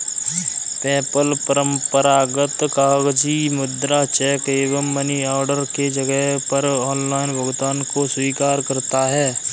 PayPal परंपरागत कागजी मुद्रा, चेक एवं मनी ऑर्डर के जगह पर ऑनलाइन भुगतान को स्वीकार करता है